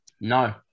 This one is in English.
no